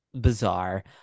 Bizarre